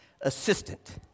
assistant